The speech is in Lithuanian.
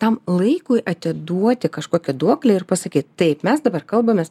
tam laikui atiduoti kažkokią duoklę ir pasakyt taip mes dabar kalbamės